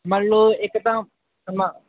ਮੰਨ ਲਓ ਇੱਕ ਤਾਂ